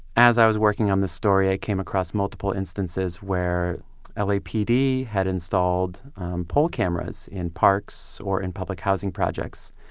as i was working on this story, i came across multiple instances where lapd had installed pole cameras in parks or in public housing projects.